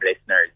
listeners